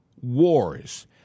wars